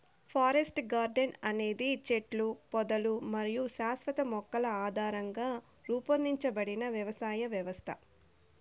forest garden అనేది చెట్లు, పొదలు మరియు శాశ్వత మొక్కల ఆధారంగా రూపొందించబడిన వ్యవసాయ వ్యవస్థ